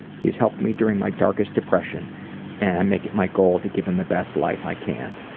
he's helped me during my darkest depression and i make it my goal to give him the best life i can.